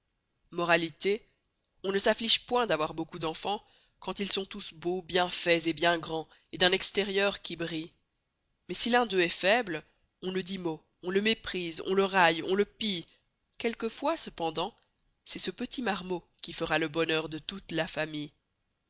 moralite on ne s'afflige point d'avoir beaucoup d'enfans quand ils sont tous beaux bien faits et bien grands et d'un extérieur qui brille mais si l'un d'eux est foible ou ne dit mot on le méprise on le raille on le pille quelquefois cependant c'est ce petit marmot qui fera le bonheur de toute la famille